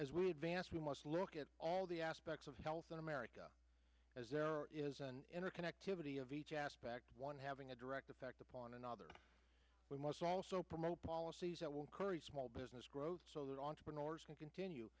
as we advance we must look at all the aspects of health in america as there is an interconnectivity of each aspect one having a direct effect upon another we must also promote policies that will encourage small business growth so that entrepreneurs can continue